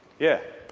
yeah.